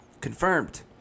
Confirmed